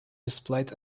displayed